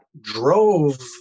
drove